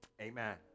Amen